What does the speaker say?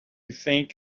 think